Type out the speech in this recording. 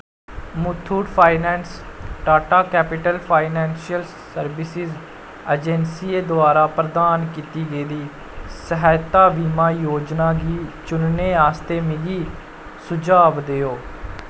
Muthoot finance Tata capital financial services अजैंसियें द्वारा प्रदान कीती गेदी सेह्त बीमा योजना गी चुनने आस्तै मिकी सुझाऽ देओ